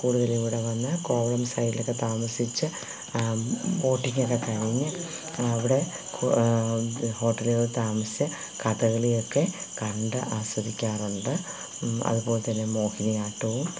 കൂടുതലും ഇവിടെ വന്നു കോവളം സൈഡിലൊക്കെ താമസിച്ച് ബോട്ടിങ്ങൊക്കെ കഴിഞ്ഞ് അവിടെ ഹോട്ടലിലൊക്കെ താമസിച്ച് കഥകളിയൊക്കെ കണ്ട് ആസ്വദിക്കാറുണ്ട് അതുപോലെ തന്നെ മോഹിയാട്ടവും